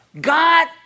God